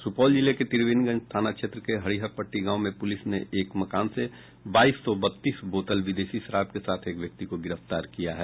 सुपौल जिले के त्रिवेणीगंज थाना क्षेत्र के हरिहर पट्टी गांव में पुलिस ने एक मकान से बाईस सौ बत्तीस बोतल विदेशी शराब के साथ एक व्यक्ति को गिरफ्तार किया गया है